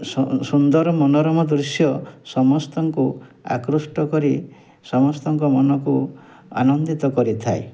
ସୁ ସୁ ସୁନ୍ଦର ମନୋରମ ଦୃଶ୍ୟ ସମସ୍ତଙ୍କୁ ଆକୃଷ୍ଟ କରି ସମସ୍ତଙ୍କ ମନକୁ ଆନନ୍ଦିତ କରିଥାଏ